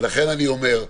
ולכן אני אומר,